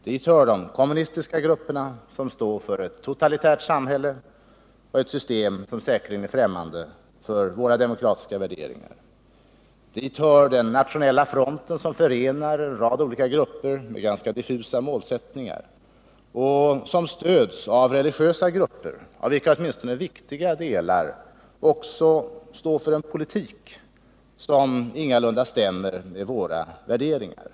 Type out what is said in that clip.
Dit hör de kommunistiska grupperna som står för ett totalitärt samhälle och ett system som säkerligen är främmande för våra demokratiska värderingar. Dit hör också den nationella fronten som förenar en rad olika grupper med ganska diffusa målsättningar och som stöds av religiösa grupper, av vilka åtminstone viktiga delar också står för en politik som ingalunda överensstämmer med våra värderingar.